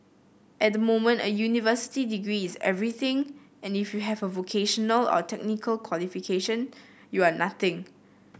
at the moment a university degree is everything and if you have a vocational or technical qualification you are nothing